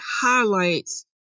highlights